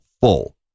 full